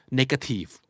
negative